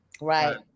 Right